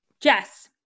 Jess